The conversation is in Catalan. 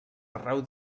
arreu